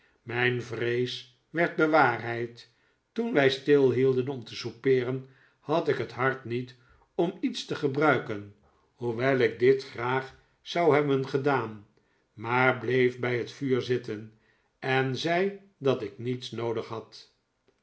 mijn vrees werd bewaarheid toen wij stilhielden om te soupeeren had ik het hart niet om iets te gebruiken hoewel ik dit graag zou hebben gedaan maar bleef bij het vuur zitten en zei dat ik niets noodig had